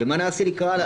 ומה נעשה הלאה?